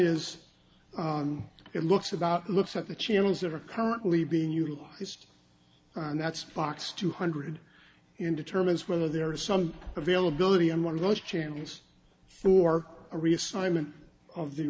is it looks about looks at the channels that are currently being utilized and that's box two hundred in determines whether there is some availability in one of those channels or a reassignment of the